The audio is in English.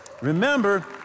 Remember